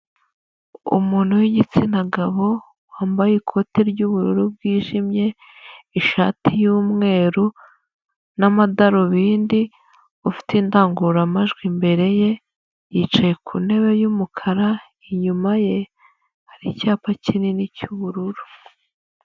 Umuntu w'igitsina gabo, wambaye ikote ry'ubururu bwijimye, ishati y'umweru n'amadarubindi, ufite indangururamajwi imbere ye, yicaye ku ntebe y'umukara, inyuma ye hari icyapa kinini cy'ubururu.